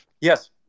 Yes